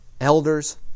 elders